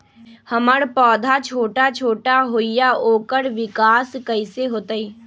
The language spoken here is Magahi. हमर पौधा छोटा छोटा होईया ओकर विकास कईसे होतई?